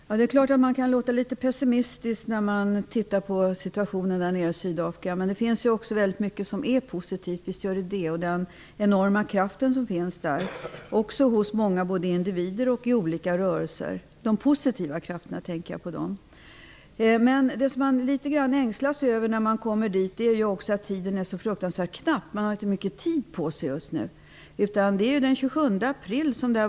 Herr talman! Det är klart att man kan låta litet pessimistisk när man ser på situationen nere i Sydafrika. Men det finns också väldigt mycket som är positivt, bl.a. den enorma kraften som finns både hos individer och olika rörelser. Då tänker jag på de positiva krafterna. När man kommer dit ängslas man litet grand över att tiden är så fruktansvärt knapp. Man har inte mycket tid på sig. Det här valet skall äga rum den 27 april.